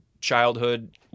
childhood